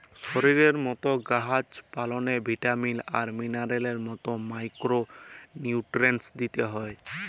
শরীরের মত গাহাচ পালাল্লে ভিটামিল আর মিলারেলস এর মত মাইকোরো নিউটিরিএন্টস দিতে হ্যয়